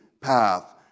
path